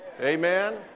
Amen